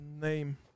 name